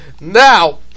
Now